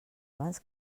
abans